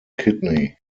kidney